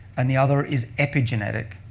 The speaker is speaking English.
and the other is epigenetic.